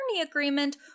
agreement